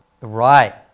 Right